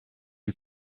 you